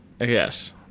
Yes